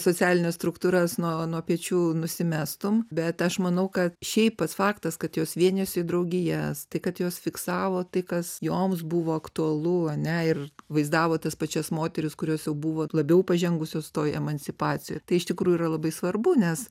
socialines struktūras nuo nuo pečių nusimestum bet aš manau kad šiaip pats faktas kad jos vienijosi į draugijas tai kad jos fiksavo tai kas joms buvo aktualu a ne ir vaizdavo tas pačias moteris kurios jau buvo labiau pažengusios toj emancipacijoj tai iš tikrųjų yra labai svarbu nes